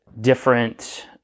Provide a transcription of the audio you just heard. different